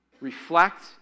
Reflect